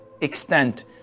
extent